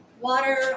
Water